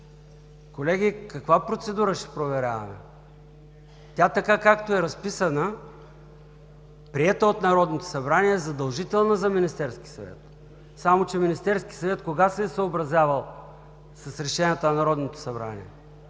Колеги, каква процедура ще проверяваме? Така, както е разписана, приета от Народното събрание, е задължителна за Министерския съвет, само че Министерският съвет кога се е съобразявал с решенията на Народното събрание